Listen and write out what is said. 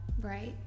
right